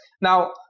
Now